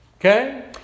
Okay